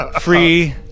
free